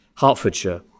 Hertfordshire